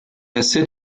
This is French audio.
assez